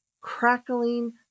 crackling